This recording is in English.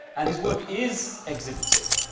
and his work is exhibited.